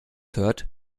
hört